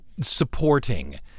supporting